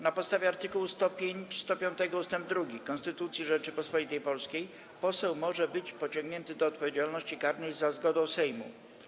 Na podstawie art. 105 ust. 2 Konstytucji Rzeczypospolitej Polskiej poseł może być pociągnięty do odpowiedzialności karnej za zgodą Sejmu.